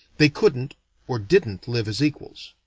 they couldn't or didn't live as equals.